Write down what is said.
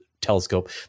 telescope